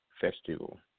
festival